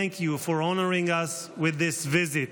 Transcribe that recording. you for honoring us with your visit.